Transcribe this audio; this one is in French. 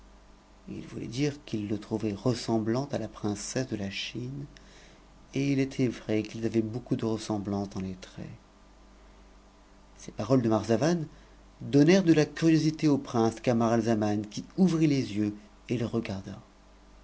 il voulait dire qu'il le trouvait ressemblant à la cesse de la chine et il était vrai qu'ils avaient beaucoup de ressema dans les traits ces paroles de marzavan donnèrent de la curiosité au pr ince xaman qui ouvrit les yeux et le regarda